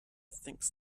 thinks